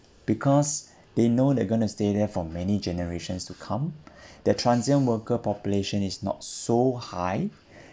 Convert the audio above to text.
because they know they're going to stay there for many generations to come their transient worker population is not so high